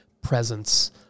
presence